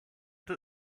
that